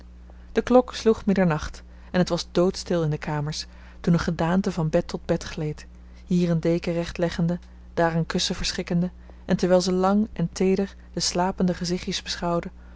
de klok sloeg middernacht en het was doodstil in de kamers toen een gedaante van bed tot bed gleed hier een deken recht leggende daar een kussen verschikkende en terwijl ze lang en teeder de slapende gezichtjes beschouwde